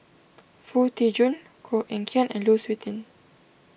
Foo Tee Jun Koh Eng Kian and Lu Suitin